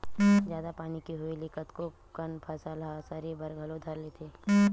जादा पानी के होय ले कतको कन फसल ह सरे बर घलो धर लेथे